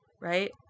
right